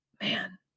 man